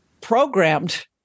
programmed